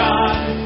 God